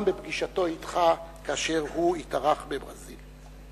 גם בפגישתו אתך כאשר התארח בברזיל.